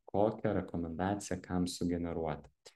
kokią rekomendaciją kam sugeneruoti